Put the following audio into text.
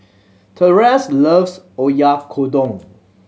Terese loves Oyakodon